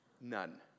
None